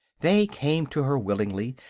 they came to her willingly,